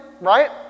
Right